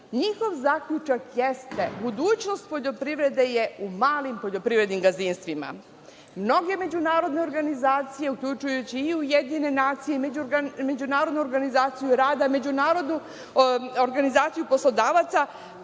njihov zaključak jeste - budućnost poljoprivrede je u malim poljoprivrednim gazdinstvima. Mnoge međunarodne organizacije, uključujući i UN, Međunarodnu organizaciju rada, Međunarodnu organizaciju poslodavaca,